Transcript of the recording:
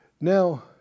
Now